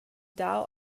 dau